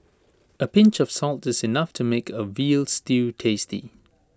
A pinch of salt is enough to make A Veal Stew tasty